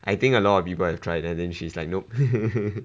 I think a lot of people have tried and then she's like nope